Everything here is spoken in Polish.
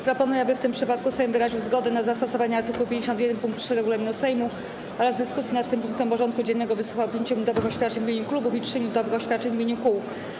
Proponuję, aby w tym przypadku Sejm wyraził zgodę na zastosowanie art. 51 pkt 3 regulaminu Sejmu oraz w dyskusji nad tym punktem porządku dziennego wysłuchał 5-minutowych oświadczeń w imieniu klubów i 3-minutowych oświadczeń w imieniu kół.